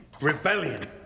Rebellion